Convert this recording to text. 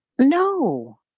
no